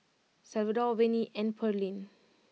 Salvador Vernie and Pearlene